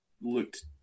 looked